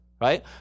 Right